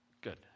good